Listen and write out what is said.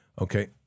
Okay